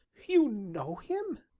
you know him?